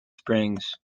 springs